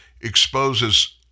exposes